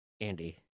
Andy